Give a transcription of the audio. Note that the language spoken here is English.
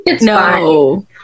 no